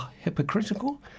hypocritical